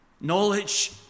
knowledge